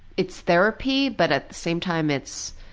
it's therapy but at the same time it's